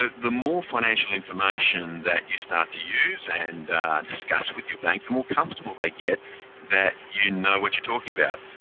ah the more financial information that you start to use and discuss with your bank, the more comfortable they get that you know what you're talking about.